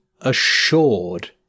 assured